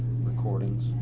recordings